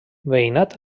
veïnat